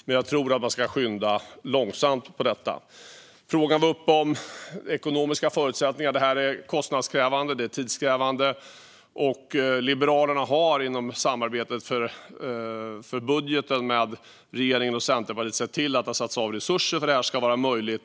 Men jag tror att man ska skynda långsamt på detta område. Frågan om ekonomiska förutsättningar var uppe. Det här är kostnadskrävande. Det är tidskrävande. Liberalerna har inom samarbetet om budgeten med regeringen och Centerpartiet sett till att det har satts av resurser för att detta ska vara möjligt.